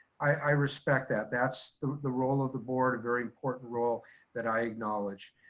i respect that. that's the the role of the board, a very important role that i acknowledge.